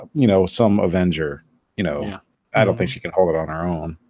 ah you, know some avenger you know i don't think she can hold it on our own